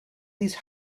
these